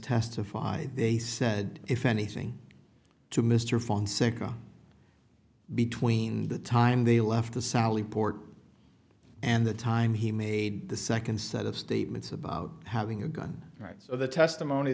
testified they said if anything to mr fonseca between the time they left the sally port and the time he made the second set of statements about having a gun rights of the testimony